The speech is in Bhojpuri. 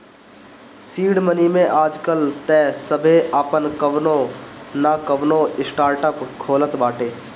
सीड मनी में आजकाल तअ सभे आपन कवनो नअ कवनो स्टार्टअप खोलत बाटे